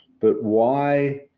but why